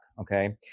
okay